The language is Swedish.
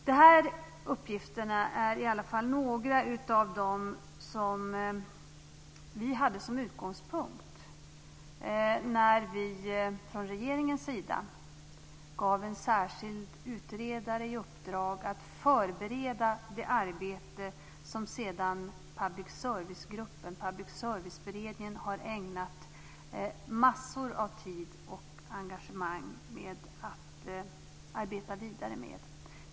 De här uppgifterna är några av dem som vi hade som utgångspunkt när regeringen gav en särskild utredare i uppdrag att förbereda det arbete som sedan Public service-beredningen har ägnat massor av tid och engagemang åt att arbeta vidare med.